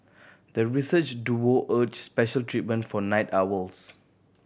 the research duo urged special treatment for night owls